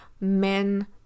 men